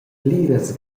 pliras